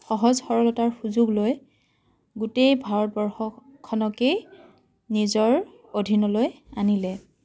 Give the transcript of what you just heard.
সহজ সৰলতাৰ সুযোগ লৈ গোটেই ভাৰতবৰ্ষখনকেই নিজৰ অধীনলৈ আনিলে